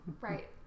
Right